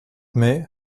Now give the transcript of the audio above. may